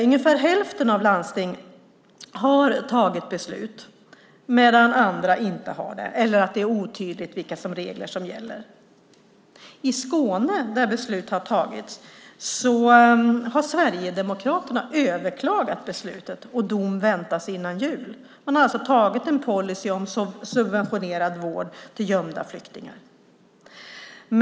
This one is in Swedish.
Ungefär hälften av landstingen har fattat beslut medan andra inte har gjort det eller det är otydligt vilka regler som gäller. I Skåne, där beslut har fattats, har Sverigedemokraterna överklagat beslutet, och dom väntas före jul. Man har alltså antagit en policy om subventionerad vård till gömda flyktingar.